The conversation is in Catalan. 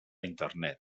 internet